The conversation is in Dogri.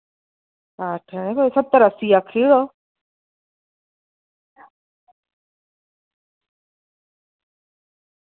ते कोई सत्तर अस्सीं आक्खेओ